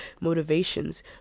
motivations